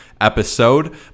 episode